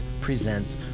presents